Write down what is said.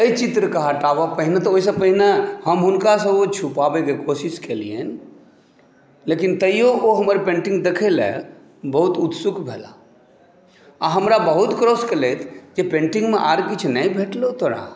एहि चित्रके हटाबऽ पहिने तऽ ओहिसँ पहिने हम हुनकासँ ओ छुपाबैके कोशिश केलिअनि लेकिन तैओ ओ हमर पेन्टिङ्ग देख़ऽ लए बहुत उत्सुक भेलाह आ हमरा बहुत क्रॉस केलथि जे पेन्टिङ्गमे आओर किछु नहि भेटलौ तोरा